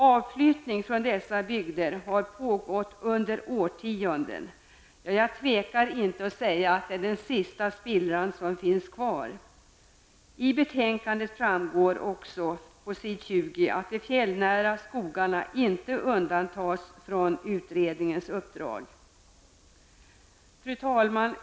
Avflyttning från dessa bygder har pågått under årtionden. Jag tvekar inte att säga att det är den sista spillran som finns kvar. Av betänkandet framgår också på s. 20 att de fjällnära skogarna inte undantas från utredningens uppdrag. Fru talman!